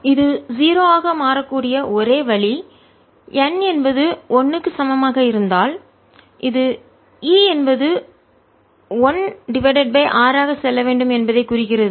இது 0 ஆக மாறக்கூடிய ஒரே வழி n என்பது 1 க்கு சமமாக இருந்தால் இது E ஐ 1 டிவைடட் பை r ஆக செல்ல வேண்டும் என்பதைக் குறிக்கிறது